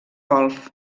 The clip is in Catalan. golf